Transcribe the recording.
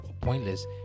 pointless